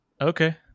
okay